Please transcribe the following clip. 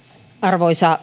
arvoisa